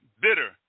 bitter